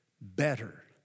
better